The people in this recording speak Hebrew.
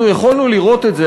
אנחנו יכולנו לראות את זה,